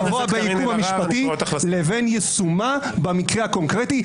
היקום המשפטי לבין יישומה במקרה הקונקרטי.